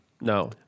no